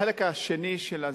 החלק השני של הזה,